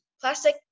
plastic